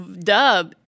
dub